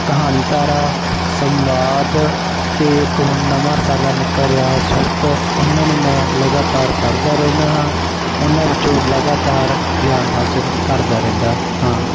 ਕਹਾਣੀ ਤਾਰਾ ਸੰਵਾਦ ਅਤੇ ਇੱਕ ਹੁਣ ਨਵਾਂ ਰਸਾਲਾ ਨਿਕਲ ਰਿਹਾ ਸੁਰਤ ਉਨ੍ਹਾਂ ਨੂੰ ਮੈਂ ਲਗਾਤਾਰ ਪੜ੍ਹਦਾ ਰਹਿੰਦਾ ਹਾਂ ਉਨ੍ਹਾਂ ਵਿੱਚੋਂ ਲਗਾਤਾਰ ਗਿਆਨ ਹਾਸਲ ਕਰਦਾ ਰਹਿੰਦਾ ਹਾਂ